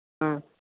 ஆ